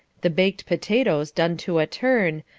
the baked potatoes done to a turn,